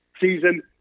season